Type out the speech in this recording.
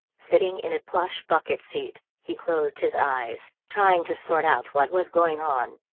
sitting in a plush bucket seat, he closed his eyes, trying to sort out what was going on.